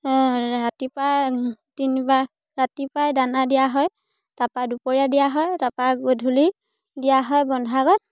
ৰাতিপুৱা তিনিবাৰ ৰাতিপুৱাই দানা দিয়া হয় তাপা দুপৰীয়া দিয়া হয় তাপা গধূলি দিয়া হয় বন্ধাৰ আগত